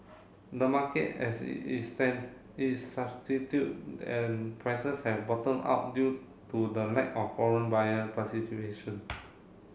the market as it stand is substitute and prices have bottomed out due to the lack of foreign buyer